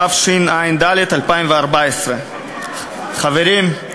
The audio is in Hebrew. התשע"ד 2014. חברים,